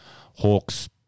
Hawks